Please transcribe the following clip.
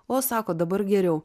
o sako dabar geriau